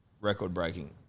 Record-breaking